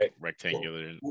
rectangular